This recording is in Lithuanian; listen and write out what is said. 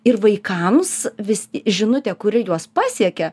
ir vaikams vis žinutė kuri juos pasiekia